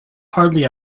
hardly